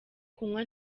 kunywa